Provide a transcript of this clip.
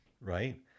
right